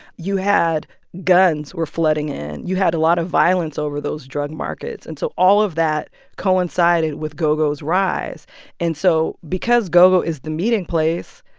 you had guns were flooding in. you had a lot of violence over those drug markets. and so all of that coincided with go-go's rise and so because go-go is the meeting place,